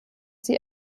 sie